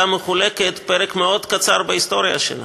מחולקת פרק מאוד קצר בהיסטוריה שלה,